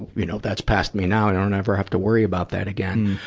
you know, that's past me now. i don't ever have to worry about that again.